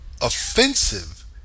offensive